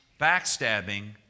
backstabbing